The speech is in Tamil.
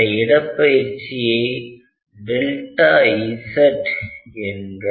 அந்த இடப்பெயர்ச்சியை Z என்க